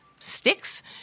sticks